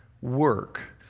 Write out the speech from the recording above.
work